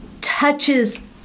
touches